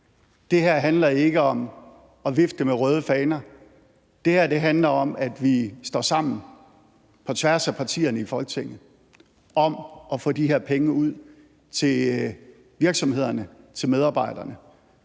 Det her handler ikke om at vifte med røde faner, det her handler om, at vi står sammen på tværs af partierne i Folketinget om at få de her penge ud til virksomhederne, til medarbejderne,